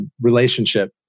relationship